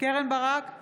קרן ברק,